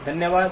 धन्यवाद